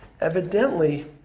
evidently